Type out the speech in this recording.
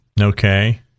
okay